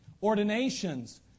ordinations